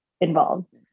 involved